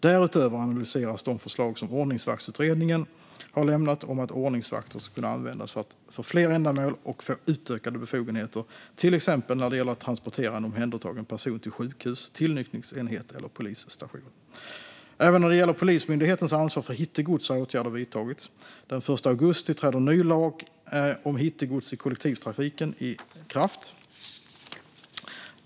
Därutöver analyseras de förslag som Ordningsvaktsutredningen har lämnat om att ordningsvakter ska kunna användas för fler ändamål och få utökade befogenheter, till exempel när det gäller att transportera en omhändertagen person till sjukhus, tillnyktringsenhet eller polisstation. Även när det gäller Polismyndighetens ansvar för hittegods har åtgärder vidtagits. Den 1 augusti träder en ny lag om hittegods i kollektivtrafiken i kraft.